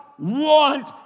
Want